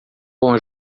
bom